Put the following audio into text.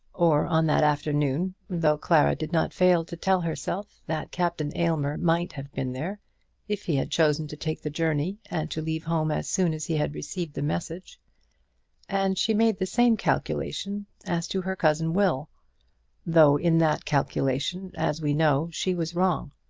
or on that afternoon, though clara did not fail to tell herself that captain aylmer might have been there if he had chosen to take the journey and to leave home as soon as he had received the message and she made the same calculation as to her cousin will though in that calculation, as we know, she was wrong.